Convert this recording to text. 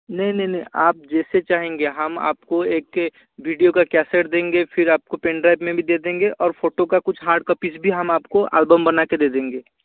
नहीं नहीं नहीं आप जैसे चाहेंगे हम आप को एक विडियो का कैसेट देंगे फिर आप को पेन ड्राइव में भी दे देंगे और फ़ोटो का कुछ हार्ड कोपिज़ भी हम आप को एल्बम बना कर दे देंगे